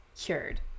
cured